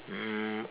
um